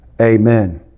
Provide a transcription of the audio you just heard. Amen